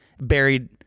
buried